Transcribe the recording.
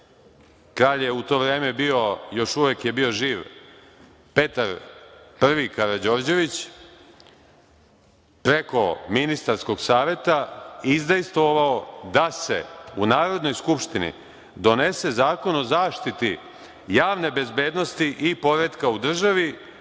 kralj je u to vreme još uvek bio živ, Petar Prvi Karađorđević, preko ministarskog saveta je izdejstvovao da se u Narodnoj skupštini donese zakon o zaštiti javne bezbednosti i poretka u državi.